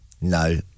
No